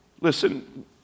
Listen